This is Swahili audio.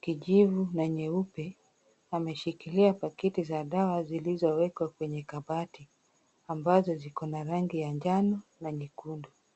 kijivu na nyeupe. Ameshikilia pakiti za dawa zilizowekwa kwenye kabati ambazo ziko na rangi ya njano na nyekundu.